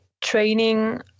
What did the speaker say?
training